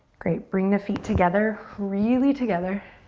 great, bring the feet together, really together.